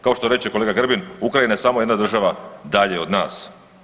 Kao što reče kolega Grbin Ukrajina je samo jedna država dalje od nas.